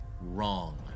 wrong